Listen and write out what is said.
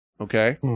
Okay